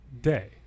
day